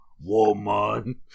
woman